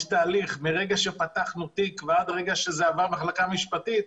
יש תהליך מרגע שפתחנו תיק ועד הרגע שזה עובר למחלקה המשפטית.